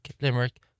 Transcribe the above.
Limerick